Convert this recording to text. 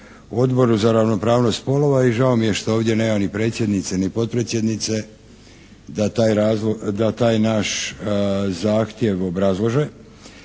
Odboru za ravnopravnost spolova i žao mi je što ovdje nema predsjednice ni potpredsjednice da taj naš zahtjev obrazlože.